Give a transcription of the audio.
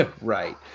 right